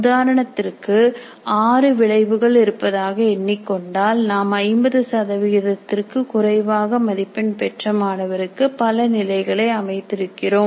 உதாரணத்திற்கு 6 விளைவுகள் இருப்பதாக எண்ணிக் கொண்டால் நாம் 50 சதவிகிதத்திற்கு குறைவாக மதிப்பெண் பெற்ற மாணவருக்கு பல நிலைகளை அமைத்திருக்கிறோம்